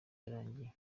yarangiye